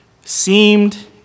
seemed